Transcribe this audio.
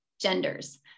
genders